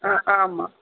ஆமாம்